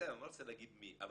בסדר, אני לא רוצה להגיד מי.